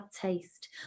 taste